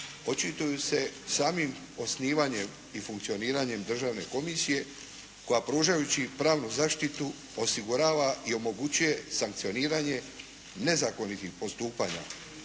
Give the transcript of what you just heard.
očituju se samim osnivanjem i funkcioniranjem državne komisije koja pružajući pravnu zaštitu osigurava i omogućuje sankcioniranje nezakonitih postupaka.